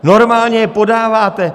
Normálně je podáváte.